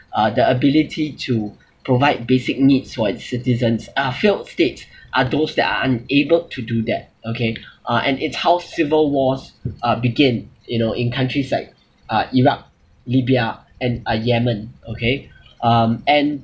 uh the ability to provide basic needs for its citizens uh failed states are those that are unable to do that okay uh and it's how civil wars uh begin you know in countries like uh iraq libya and uh yemen okay um and